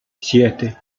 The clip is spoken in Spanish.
siete